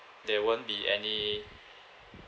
there won't be any